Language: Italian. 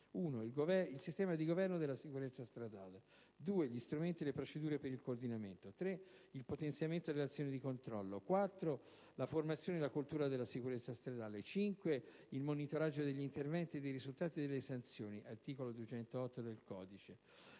il sistema di governo della sicurezza stradale; gli strumenti e le procedure per il coordinamento; il potenziamento dell'azione di controllo; la formazione e la cultura della sicurezza stradale; il monitoraggio degli interventi, dei risultati e delle sanzioni (articolo 208 del codice